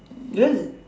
then